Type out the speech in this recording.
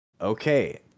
okay